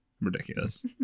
ridiculous